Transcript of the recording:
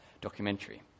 documentary